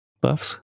buffs